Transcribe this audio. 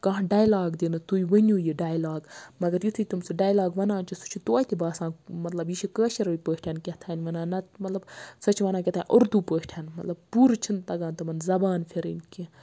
کانٛہہ ڈایلاگ دِنہٕ تُہۍ ؤنِو یہِ ڈایلاگ مگر یِتھُے تِم سُہ ڈایلاگ وَنان چھِ سُہ چھُ توتہِ باسان مَطلَب یہِ چھِ کٲشرٕ پٲٹھۍ کیٚتھانۍ وَنان نَتہٕ مَطلَب سۄ چھِ وَنان کیٚتھانۍ اردوٗ پٲٹھۍ مَطلَب پوٗرٕ چھِ نہِ تَگان تِمَن زَبان پھِرٕنۍ کینٛہہ